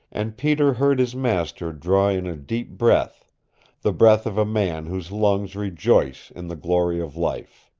and peter heard his master draw in a deep breath the breath of a man whose lungs rejoice in the glory of life.